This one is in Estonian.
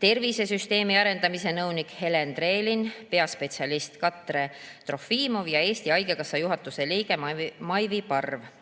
tervisesüsteemi arendamise nõunik Helen Trelin, peaspetsialist Katre Trofimov ja Eesti Haigekassa juhatuse liige Maivi Parv